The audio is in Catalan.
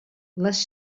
les